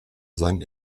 seinen